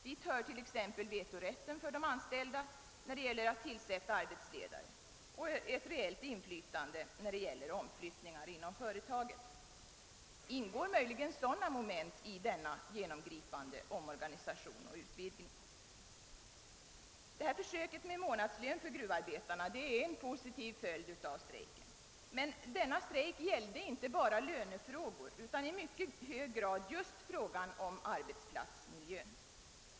Dit hör t.ex. vetorätten för de anställda när det gäller att tillsätta arbetsledare och ett reellt inflytande vid omflyttningar inom företaget. Ingår möjligen sådana moment i denna genomgripande omorganisation och utvidgning? Försöket med månadslön för gruvarbetarna är en positiv följd av strejken. Men denna strejk gällde inte bara lönefrågor utan i mycket hög grad just frågan om arbetsplatsmiljön.